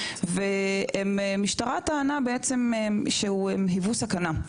והמשטרה בעצם טענה שהם היוו סכנה,